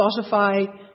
Spotify